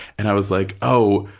and i was like, oh,